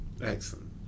Excellent